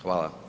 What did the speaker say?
Hvala.